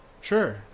Sure